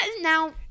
Now